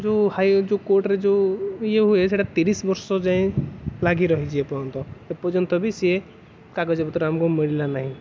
ଯେଉଁ ହାଇ ଯେଉଁ କୋର୍ଟରେ ଯେଉଁ ଏଇ ହୁଏ ସେଇଟା ତିରିଶ ବର୍ଷ ଯାଏଁ ଲାଗି ରହିଛି ଏପର୍ଯ୍ୟନ୍ତ ଏପର୍ଯ୍ୟନ୍ତ ବି ସିଏ କାଗଜପତ୍ର ଆମକୁ ମିଳିଲା ନାହିଁ